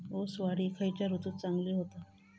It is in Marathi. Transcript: ऊस वाढ ही खयच्या ऋतूत चांगली होता?